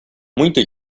muito